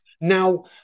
Now